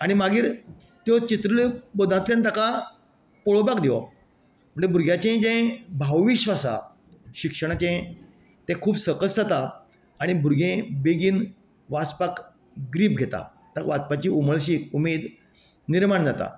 आनी मागीर त्यो चित्रबोधांतल्यान ताका पळोवपाक दिवप म्हणटकीर भुरग्याचे जे भाव विश्व आसा शिक्षणाचे तें खूब सकस जाता आनी भुरगें बेगीन वाचपाक ग्रीप घेता ताका वाचपाची उमळशीक उमेद निर्माण जाता